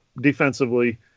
defensively